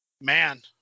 man